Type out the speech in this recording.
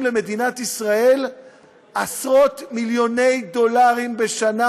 למדינת ישראל עשרות מיליוני דולרים בשנה,